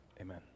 Amen